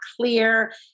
clear